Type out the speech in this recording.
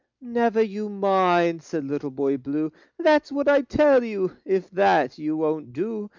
never you mind, said little boy blue that's what i tell you. if that you won't do,